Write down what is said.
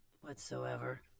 whatsoever